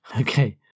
Okay